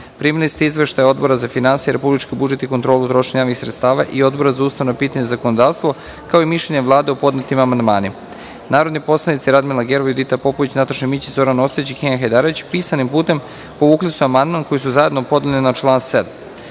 ste izveštaje Odbora za finansije, republički budžet i kontrolu trošenja javnih sredstava i Odbora za ustavna pitanja i zakonodavstvo kao i mišljenje Vlade o podnetim amandmanima. Narodni poslanici Radmila Gerov, Judita Popović, Nataša Mićić, Zoran Ostojić i Kenan Hajdarević pisanim putem povukli su amandman koji su zajedno podneli na član